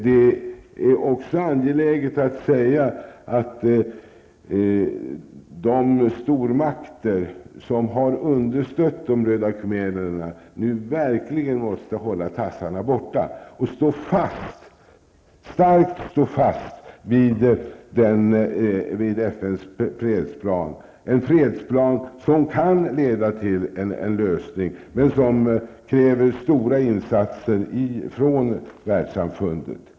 Det är också angeläget att säga att de stormakter som har understött de röda khmererna nu verkligen måste hålla tassarna borta och starkt stå fast vid FNs fredsplan, en fredsplan som kan leda till en lösning, men som kräver stora insatser ifrån världssamfundet.